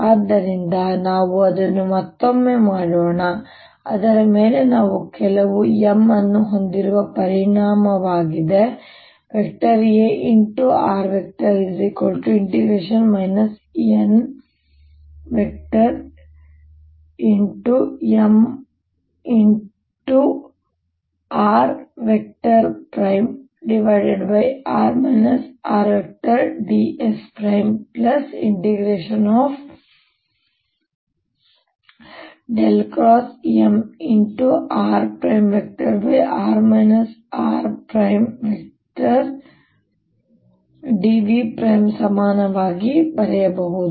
ಆದ್ದರಿಂದ ನಾವು ಅದನ್ನು ಮತ್ತೊಮ್ಮೆ ಮಾಡೋಣ ಅದರ ಮೇಲೆ ನಾನು ಕೆಲವು M ಅನ್ನು ಹೊಂದಿರುವ ಪರಿಮಾಣವಾಗಿದೆ ನಂತರ ನಾನು Ar n×Mr|r r|dSMr|r r|dV ಸಮಾನವಾಗಿ ಬರೆಯಬಹುದು